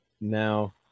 now